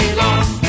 long